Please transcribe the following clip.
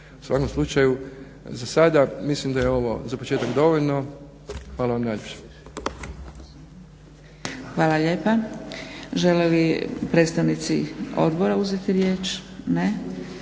U svakom slučaju za sada mislim da je ovo za početak dovoljno. Hvala vam najljepša. **Zgrebec, Dragica (SDP)** Hvala lijepa. Žele li predstavnici odbora uzeti riječ? Ne.